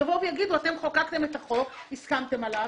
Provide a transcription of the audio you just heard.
יבואו ויגידו: אתם חוקקתם את החוק, הסכמתם עליו,